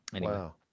Wow